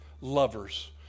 lovers